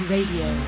Radio